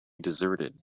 deserted